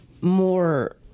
more